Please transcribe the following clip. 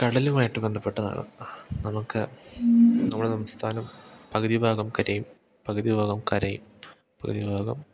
കടലുമായിട്ട് ബന്ധപ്പെട്ടതാണ് നമുക്ക് നമ്മുടെ സംസ്ഥാനം പകുതി ഭാഗം കരയും പകുതിഭാഗം കരയും പകുതി ഭാഗം